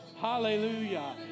Hallelujah